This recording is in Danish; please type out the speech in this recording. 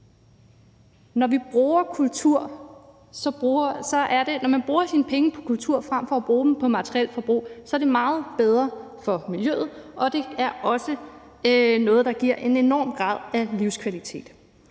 Når man bruger sine penge på kultur frem for at bruge dem på materielt forbrug, er det meget bedre for miljøet, og det er også noget, der giver en enorm grad af livskvalitet.